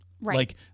right